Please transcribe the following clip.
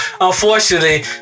Unfortunately